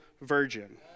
virgin